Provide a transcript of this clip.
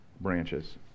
branches